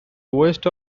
west